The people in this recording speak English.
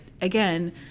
again